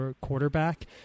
quarterback